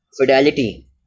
fidelity